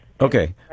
Okay